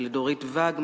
ולדורית ואג,